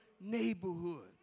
Neighborhood